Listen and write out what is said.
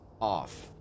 off